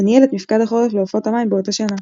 וניהל את מפקד החורף לעופות המים באותה שנה.